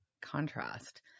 contrast